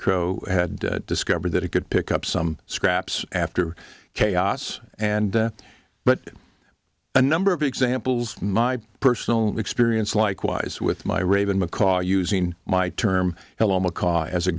crow had discovered that it could pick up some scraps after chaos and but a number of examples my personal experience likewise with my raven macaw using my term hello macaw as a